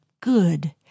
good